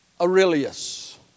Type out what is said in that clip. Aurelius